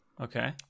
Okay